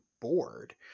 bored